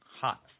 hot